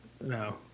No